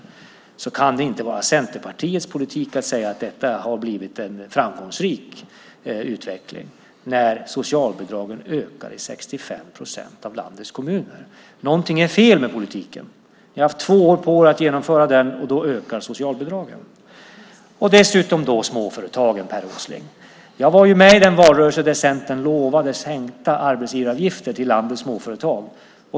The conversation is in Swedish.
Därför kan det inte vara Centerpartiets politik att säga att det har blivit en framgångsrik utveckling när socialbidragen ökar i 65 procent av landets kommuner. Någonting är fel med politiken. Ni har haft två år på er att genomföra den, och då ökar socialbidragen. Dessutom har vi småföretagen, Per Åsling. Jag var med i den valrörelse då Centern lovade sänkta arbetsgivaravgifter till landets småföretag.